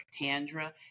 Tandra